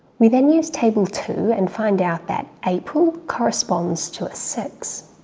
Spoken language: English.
we then use table two and find out that april corresponds to a six.